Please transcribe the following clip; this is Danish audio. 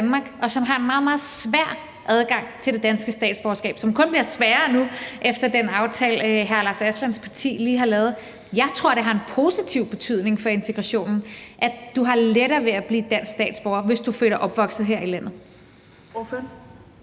og som har en meget, meget svær adgang til det danske statsborgerskab, en adgang, som kun bliver sværere nu efter den aftale, som hr. Lars Aslan Rasmussens parti lige har lavet. Jeg tror, det har en positiv betydning for integrationen, at man har lettere ved at blive dansk statsborger, hvis man er født og opvokset her i landet.